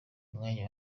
umwanya